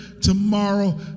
tomorrow